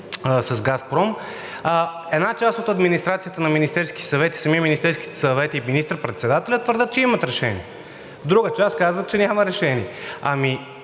с „Газпром“, една част от администрацията на Министерския съвет, самият Министерски съвет и министър-председателят твърдят, че имат решение; друга част казват, че няма решение. Ами